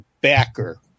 backer